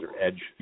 edge